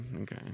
okay